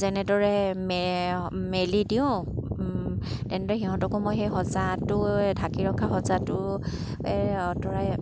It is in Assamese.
যেনেদৰে মেলি দিওঁ তেনেদৰে সিহঁতকো মই সেই সজাটোৱে ঢাকি ৰখা সজাটোৱে আঁতৰাই